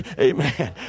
amen